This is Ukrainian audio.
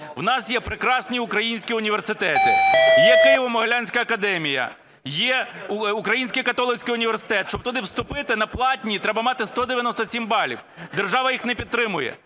в нас є прекрасні українські університети. Є Києво-Могилянська академія, є Український Католицький Університет і щоб туди вступити на платні, треба мати 197 балів. Держава їх не підтримує.